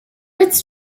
its